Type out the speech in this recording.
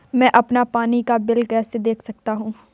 मैं अपना पानी का बिल कैसे देख सकता हूँ?